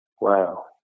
Wow